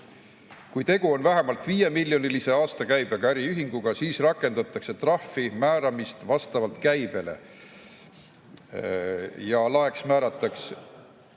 Kui tegu on vähemalt 5‑miljonilise aastakäibega äriühinguga, siis rakendatakse trahvi määramist vastavalt käibele ja laeks määratakse